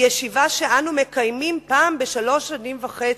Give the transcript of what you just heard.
ישיבה שאנו מקיימים פעם בשלוש שנים וחצי.